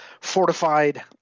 fortified